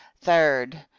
third